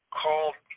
called